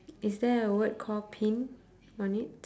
is there a word called pin on it